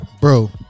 Bro